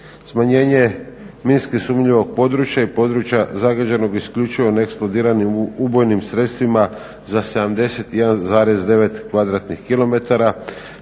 smanjenje minski sumnjivog područja i područja zagađenog isključivo neeksplodiranim ubojnim sredstvima za 71,9